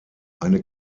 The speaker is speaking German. eine